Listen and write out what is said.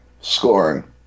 Scoring